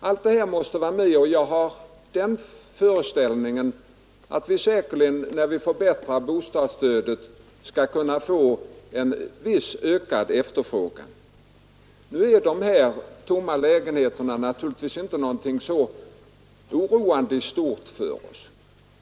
Allt detta måste vara med i bilden, och jag föreställer mig att när vi förbättrar bostadsstödet, skall vi säkert kunna få en ökad efterfrågan. Nu är de här tomma lägenheterna naturligtvis inte någonting så oroande i stort.